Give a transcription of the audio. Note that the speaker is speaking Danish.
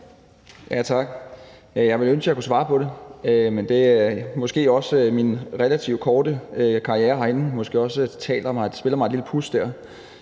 Tak. Jeg ville ønske, jeg kunne svare på det, men det er måske også min relativt korte karriere herinde, der spiller mig et lille puds der.